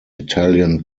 italian